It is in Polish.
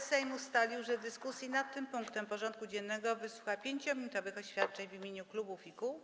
Sejm ustalił, że w dyskusji nad tym punktem porządku dziennego wysłucha 5-minutowych oświadczeń w imieniu klubów i kół.